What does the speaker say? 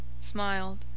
smiled